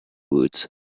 woods